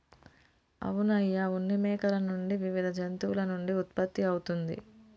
అవును అయ్య ఉన్ని మేకల నుండి వివిధ జంతువుల నుండి ఉత్పత్తి అవుతుంది